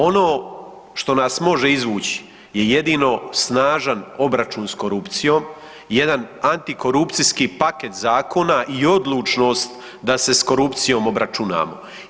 Ono što nas može izvući je jedino snažan obračun s korupcijom i jedan antikorupcijski paket zakona i odlučnost da se s korupcijom obračunamo.